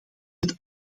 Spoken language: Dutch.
het